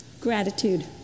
Gratitude